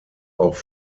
auch